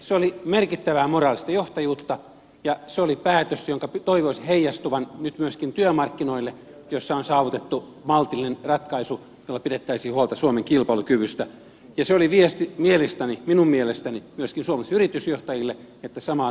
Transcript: se oli merkittävää moraalista johtajuutta ja se oli päätös jonka toivoisi heijastuvan nyt myöskin työmarkkinoille joilla on saavutettu maltillinen ratkaisu jolla pidettäisiin huolta suomen kilpailukyvystä ja se oli viesti mielestäni minun mielestäni myöskin suomalaisille yritysjohtajille että samaa linjaa yritysjohtajien pitäisi noudattaa